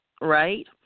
right